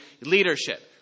leadership